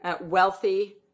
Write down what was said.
wealthy